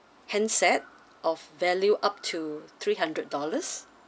handset of value up to three hundred dollars